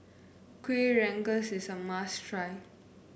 Kuih Rengas is a must try